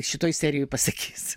šitoj serijoj pasakys